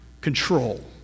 control